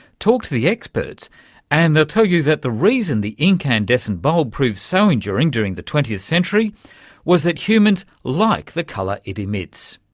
talk to the experts and they'll tell you that the reason the incandescent bulb proved so enduring during the twentieth century was because humans like the colour it emits.